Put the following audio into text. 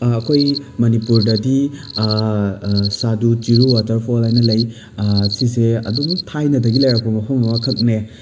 ꯑꯩꯈꯣꯏ ꯃꯅꯤꯄꯨꯔꯗꯗꯤ ꯁꯥꯗꯨ ꯆꯤꯔꯨ ꯋꯥꯇꯔꯐꯣꯜ ꯍꯥꯏꯅ ꯂꯩ ꯁꯤꯁꯦ ꯑꯗꯨꯝ ꯊꯥꯏꯅꯗꯒꯤ ꯂꯩꯔꯛꯄ ꯃꯐꯝ ꯑꯃꯈꯛꯅꯦ